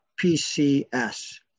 PCS